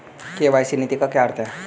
KYC नीति का क्या अर्थ है?